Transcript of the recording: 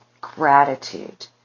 gratitude